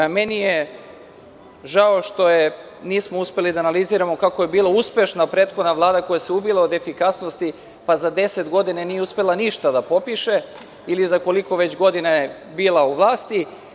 Žao mi je što nismo uspeli da analiziramo kako je bila uspešna prethodna Vlada koja se ubila od efikasnosti pa za 10 godina nije uspela ništa da popiše ili za već koliko godina je bila u vlasti.